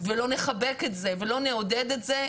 ולא נחבק את זה ולא נעודד את זה,